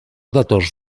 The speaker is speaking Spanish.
datos